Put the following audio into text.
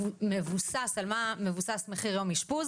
על מה מבוסס מחיר יום אשפוז?